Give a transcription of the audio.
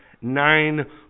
nine